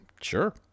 sure